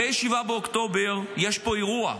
אחרי 7 באוקטובר יש פה אירוע.